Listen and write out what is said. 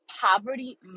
poverty